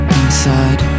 inside